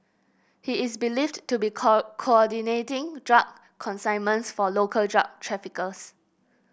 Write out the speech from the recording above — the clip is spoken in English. he is believed to be co coordinating drug consignments for local drug traffickers